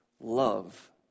love